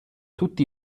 tutti